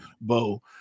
Bo